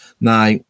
Now